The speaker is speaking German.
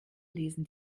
lesen